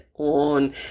On